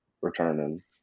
returning